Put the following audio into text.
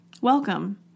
Welcome